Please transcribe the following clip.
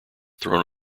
thrown